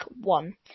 one